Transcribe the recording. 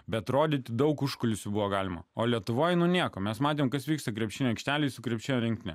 bet rodyti daug užkulisių buvo galima o lietuvoj nu nieko mes matėm kas vyksta krepšinio aikštelėj su krepšinio rinktinė